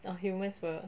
or humans will